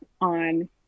on